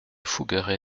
fougueray